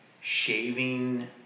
shaving